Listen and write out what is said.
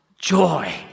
joy